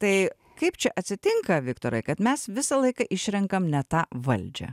tai kaip čia atsitinka viktorai kad mes visą laiką išrenkam ne tą valdžią